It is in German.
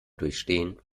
durchstehen